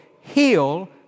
heal